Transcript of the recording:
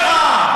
מה השאלה?